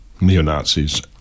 neo-Nazis